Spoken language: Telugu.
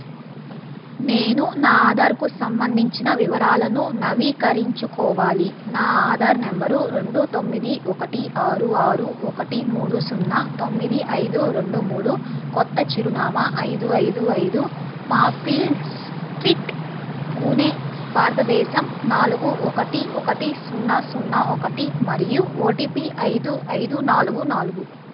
నేను నా ఆధార్కు సంబంధించిన వివరాలను నవీకరించుకోవాలి నా ఆధార్ నెంబరు రెండు తొమ్మిది ఒకటి ఆరు ఆరు ఒకటి మూడు సున్నా తొమ్మిది ఐదు రెండు మూడు కొత్త చిరునామా ఐదు ఐదు ఐదు మాపుల్ స్ట్రీట్ పూణే భారతదేశం నాలుగు ఒకటి ఒకటి సున్నా సున్నా ఒకటి మరియు ఓ టీ పీ ఐదు ఐదు నాలుగు నాలుగు